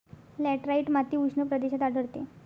laterite माती उष्ण प्रदेशात आढळते